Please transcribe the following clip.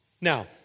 Now